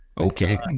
Okay